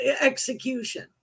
execution